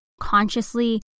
consciously